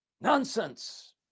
nonsense